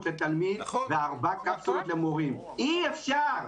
לתלמיד וארבע קפסולות למורים אי-אפשר,